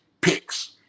picks